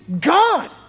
God